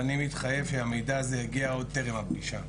אני מתחייב שהמידע הזה יגיע עוד טרם הפגישה.